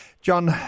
John